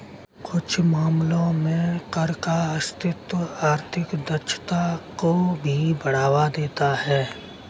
कुछ मामलों में कर का अस्तित्व आर्थिक दक्षता को भी बढ़ावा देता है